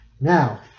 Now